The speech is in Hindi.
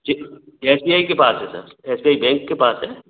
जी एस बी आई के पास है sir S B I bank के पास है